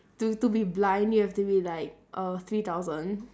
to to be blind you have to be like err three thousand